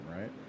right